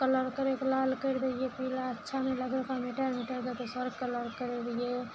colour करयके लाल करि दै रहियइ पीला अच्छा नहि लगय ओकरा मेटा मेटाके दोसर कलर करय रहियइ